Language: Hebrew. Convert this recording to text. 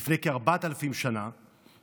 לפני כארבעת אלפים שנה שנה,